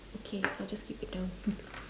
okay I'll just keep it down